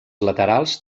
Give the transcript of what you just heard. laterals